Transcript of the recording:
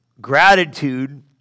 Gratitude